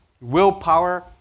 willpower